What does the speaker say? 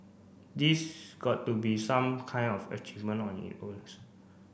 these got to be some kind of achievement on it owns